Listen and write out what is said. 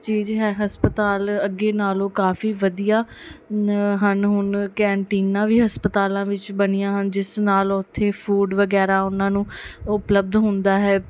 ਚੀਜ਼ ਹੈ ਹਸਪਤਾਲ ਅੱਗੇ ਨਾਲੋਂ ਕਾਫ਼ੀ ਵਧੀਆ ਨ ਹਨ ਹੁਣ ਕੈਂਨਟੀਨਾਂ ਵੀ ਹਸਪਤਾਲਾਂ ਵਿੱਚ ਬਣੀਆਂ ਹਨ ਜਿਸ ਨਾਲ ਉੱਥੇ ਫੂਡ ਵਗੈਰਾ ਉਹਨਾਂ ਨੂੰ ਉਪਲੱਬਧ ਹੁੰਦਾ ਹੈ